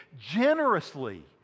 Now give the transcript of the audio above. generously